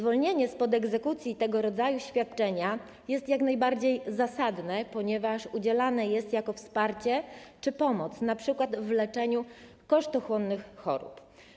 Wyłączenie spod egzekucji tego rodzaju świadczenia jest jak najbardziej zasadne, ponieważ udzielane jest ono jako wsparcie czy pomoc np. w leczeniu kosztochłonnych chorób.